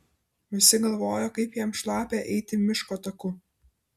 visi galvojo kaip jam šlapia eiti miško taku